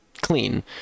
clean